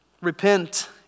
Repent